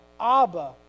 Abba